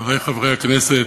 חברי חברי הכנסת,